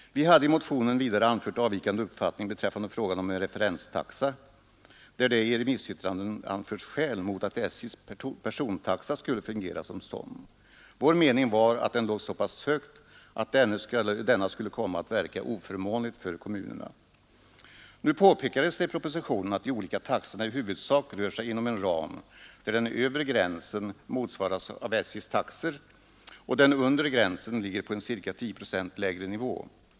Vi hade i motionen vidare anfört avvikande uppfattning beträffande frågan om en referenstaxa, där det i remissyttranden framförts skäl mot att SJ:s persontaxa skulle fungera som en sådan. Vår mening var att denna låg så pass högt att den skulle komma att verka oförmånligt för kommunerna. Nu påpekades det i propositionen att de olika taxorna i huvudsak rör sig inom en ram där den övre gränsen motsvaras av SJ:s taxor och den undre gränsen ligger på en ca 10 procents lägre nivå.